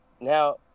Now